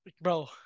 Bro